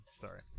Sorry